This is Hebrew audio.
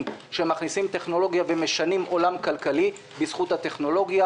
שמכניסים טכנולוגיה ומשנים עולם כלכלי בזכות הטכנולוגיה,